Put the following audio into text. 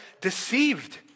deceived